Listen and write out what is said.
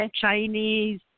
Chinese